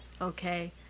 okay